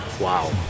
Wow